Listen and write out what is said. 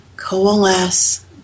coalesce